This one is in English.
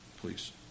please